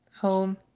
Home